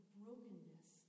brokenness